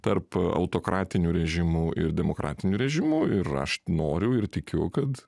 tarp autokratinių režimų ir demokratinių režimų ir aš noriu ir tikiu kad